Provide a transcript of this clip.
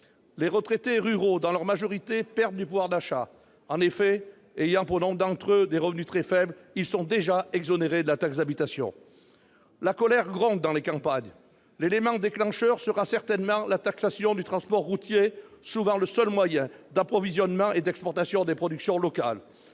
Les retraités ruraux, dans leur majorité, perdent du pouvoir d'achat. En effet, ayant pour nombre d'entre eux des revenus très faibles, ils sont déjà exonérés de la taxe d'habitation. La colère gronde dans les campagnes. L'élément déclencheur sera certainement la taxation du transport routier, souvent le seul moyen d'approvisionnement et d'exportation des productions locales.